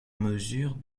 mesure